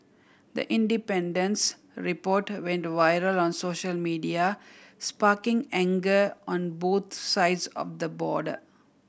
the Independent's report went viral on social media sparking anger on both sides of the border